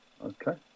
okay